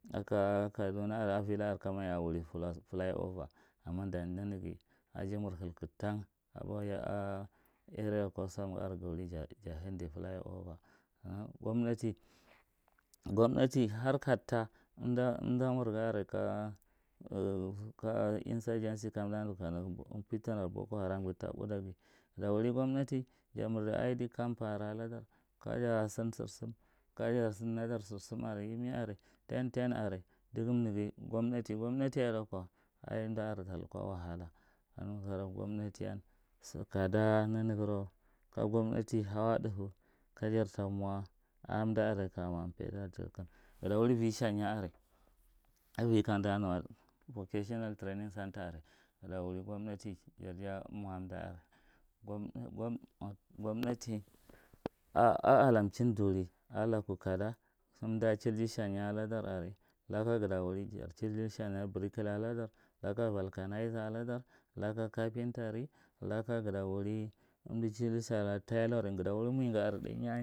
Daka a kaduna are, auilaka are kama ya a wuri fly over, amma da nanaga ajimur kestom are ga, ga wuri ja, ja handa fly over. gomnati gomnati har kata, amdamur ga are ka kata insurgency ka piting book haram ga unda, nda wuri gomnati ja marda idp camp are aladar, kaja san sarsam, kaja sa nadir sarsam are, yimi are, tenten are, dugun nda gomnati. Gomnaatiyan waka ai amdo are ta lukwa wahala. Ka nagan, gomaatiyan sy kada nanagora ka gomnati hau a dafa, kaja ta mwa a amda are are, ka mwa paida takan. ɓada wurl avir sanga are, ava kamda nu vocational training center gomnati a, a atamchin duri kada amda childi sanya ahdar are laka gada wuri jar chidi sanyar brikla a ladar laka valkanaiza, laka kafinta ada laka gada wuri amda chiri sala, teloring laka gada wiri muviga ɗainya.